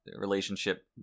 relationship